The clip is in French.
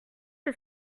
que